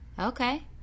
Okay